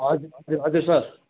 हजुर हजुर सर